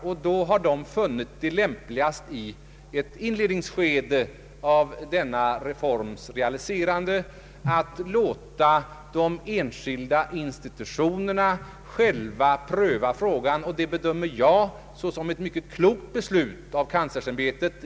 UKÄ har funnit det lämpligast, i ett inledningsskede av denna reforms realiserande, att låta de enskilda institutionerna själva pröva frågan, och det bedömer jag såsom ett mycket klokt beslut av kanslersämbetet.